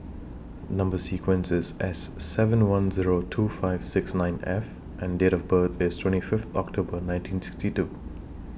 Number sequence IS S seven one Zero two five six nine F and Date of birth IS twenty Fifth October nineteen sixty two